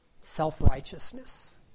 self-righteousness